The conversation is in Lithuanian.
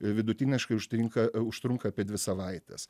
vidutiniškai užtinka užtrunka apie dvi savaites